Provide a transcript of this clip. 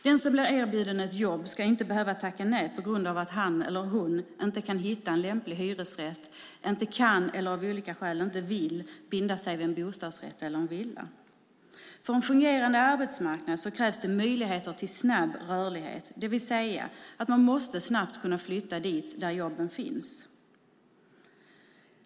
Den som blir erbjuden ett jobb ska inte behöva tacka nej på grund av att han eller hon inte kan hitta en lämplig hyresrätt eller av olika skäl inte kan eller vill binda sig vid en bostadsrätt eller en villa. För en fungerande arbetsmarknad krävs möjligheter till snabb rörlighet, det vill säga att man snabbt kan flytta dit där jobben finns.